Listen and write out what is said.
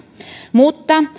mutta